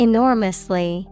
Enormously